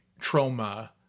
trauma